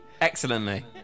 Excellently